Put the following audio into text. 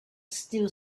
still